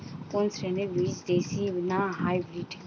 কোন শ্রেণীর বীজ দেশী না হাইব্রিড?